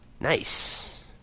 Nice